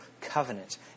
covenant